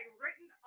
written